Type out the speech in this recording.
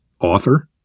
author